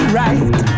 right